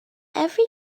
every